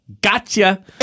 gotcha